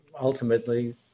ultimately